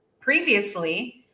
previously